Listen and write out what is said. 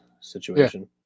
situation